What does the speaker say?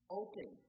open